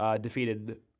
defeated